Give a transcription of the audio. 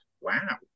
Wow